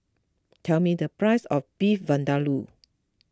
tell me the price of Beef Vindaloo